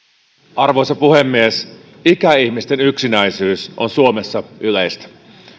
arvoisa puhemies ikäihmisten yksinäisyys on suomessa yleistä